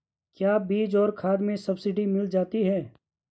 क्या बीज और खाद में सब्सिडी मिल जाती है?